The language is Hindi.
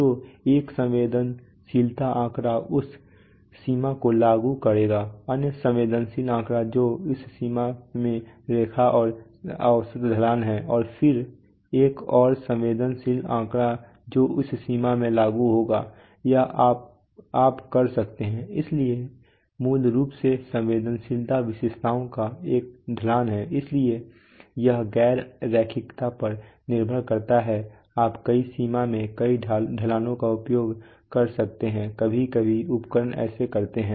तो एक संवेदनशीलता आंकड़ा इस सीमा को लागू करेगा अन्य संवेदनशीलता आंकड़ा जो इस सीमा में रेखा का औसत ढलान है और फिर एक और संवेदनशीलता आंकड़ा जो इस सीमा में लागू होगा यह आप कर सकते हैं इसलिए मूल रूप से संवेदनशीलता विशेषताओं का ढलान है इसलिए यह गैर रैखिकता पर निर्भर करता है आप कई सीमा में कई ढलानों का उपयोग कर सकते हैं कभी कभी उपकरण ऐसा करते हैं